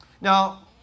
Now